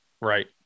Right